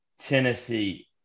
Tennessee